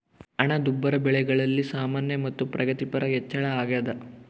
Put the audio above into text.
ಹಣದುಬ್ಬರ ಬೆಲೆಗಳಲ್ಲಿ ಸಾಮಾನ್ಯ ಮತ್ತು ಪ್ರಗತಿಪರ ಹೆಚ್ಚಳ ಅಗ್ಯಾದ